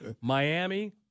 Miami